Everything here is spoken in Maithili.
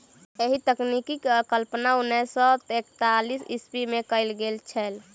एहि तकनीकक कल्पना उन्नैस सौ एकासी ईस्वीमे कयल गेल छलै